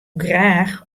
graach